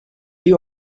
you